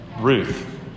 Ruth